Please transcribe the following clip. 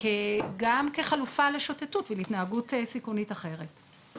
גם כחלופה לשוטטות ולפעילות סיכונית אחרת.